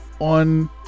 on